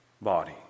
body